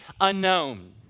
unknown